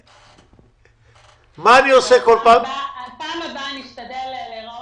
טלי וכמובן גם דיונים שנערכו